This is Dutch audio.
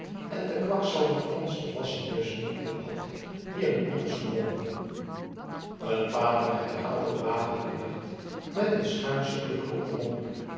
en de kwakzalver thans den wassen neus niet ophad die hem anders vermomde een pater herhaalde de wapenknecht met een schuinschen blik op den